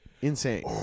insane